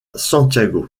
santiago